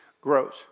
grows